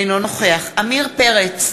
אינו נוכח עמיר פרץ,